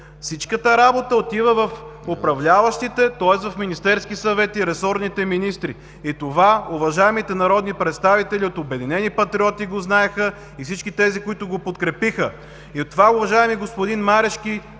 всичката работа отива в управляващите, тоест в Министерски съвет и ресорните министри. И това уважаемите народни представители от „Обединени патриоти“ го знаеха и всички тези, които го подкрепиха. И това, уважаеми господин Марешки,